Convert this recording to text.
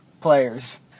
players